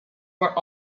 were